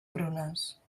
prunes